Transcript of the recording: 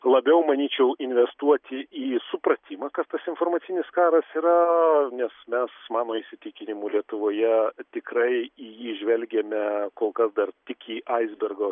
labiau manyčiau investuoti į supratimą kas tas informacinis karas yra nes mano įsitikinimu lietuvoje tikrai į jį žvelgiame kol kas dar tik į aisbergo